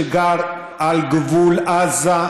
שגר על גבול עזה,